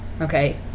Okay